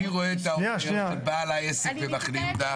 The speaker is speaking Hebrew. אני רואה את --- של בעל העסק במחנה יהודה,